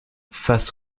face